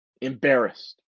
embarrassed